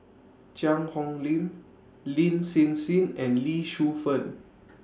Cheang Hong Lim Lin Hsin Hsin and Lee Shu Fen